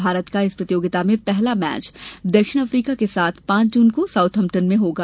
भारत का इस प्रतियोगिता में पहला मैच दक्षिण अफ्रीका के साथ पांच जून को साउथम्पटन में होगा